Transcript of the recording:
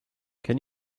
can